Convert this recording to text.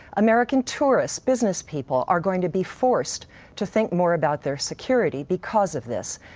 american tourists, business people are going to be forced to think more about their security because of this.